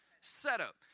Setup